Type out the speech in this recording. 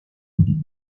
kędzior